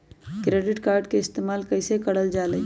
Credit card के इस्तेमाल कईसे करल जा लई?